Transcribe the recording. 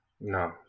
No